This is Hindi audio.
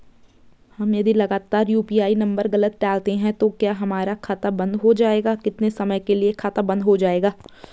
हम यदि लगातार यु.पी.आई नम्बर गलत डालते हैं तो क्या हमारा खाता बन्द हो जाएगा कितने समय के लिए खाता बन्द हो जाएगा?